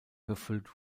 gefüllt